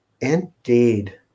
Indeed